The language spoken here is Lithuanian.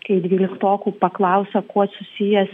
kai dvyliktokų paklausia kuo susijęs